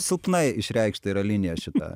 silpnai išreikšta yra linija šita